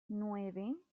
nueve